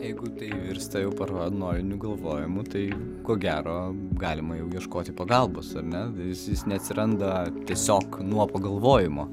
jeigu tai virsta jau paranojiniu galvojimu tai ko gero galima jau ieškoti pagalbos ar ne jis neatsiranda tiesiog nuo pagalvojimo